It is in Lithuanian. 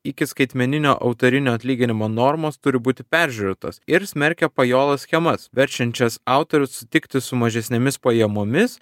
iki skaitmeninio autorinio atlyginimo normos turi būti peržiūrėtos ir smerkia pajolas schemas verčiančias autorius sutikti su mažesnėmis pajamomis